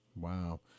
Wow